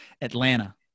Atlanta